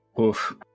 Oof